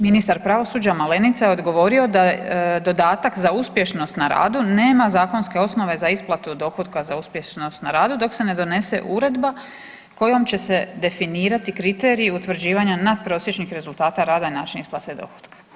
Ministar pravosuđa Malenica je odgovorio da dodatak za uspješnost na radu nema zakonske osnove za isplatu dohotka za uspješnost na radu dok se ne donese uredba kojom će definirati kriteriji utvrđivanja natprosječnih rezultata rada i način isplate dohotka.